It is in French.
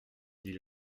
dit